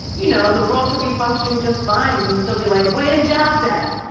you know, the world could be functioning just fine and you'd still be like, where the jobs at?